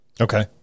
Okay